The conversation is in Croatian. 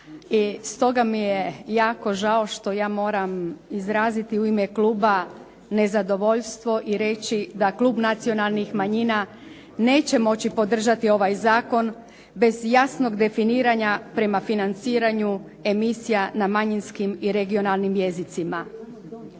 stoga mi je jako žao što ja moram izraziti u ime kluba nezadovoljstvo i reći da klub nacionalnih manjina neće moći podržati ovaj zakon bez jasnog definiranja prema financiranju emisija na manjinskim i regionalnim jezicima.